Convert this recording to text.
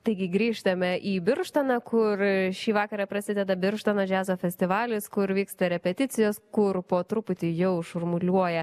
taigi grįžtame į birštoną kur šį vakarą prasideda birštono džiazo festivalis kur vyksta repeticijos kur po truputį jau šurmuliuoja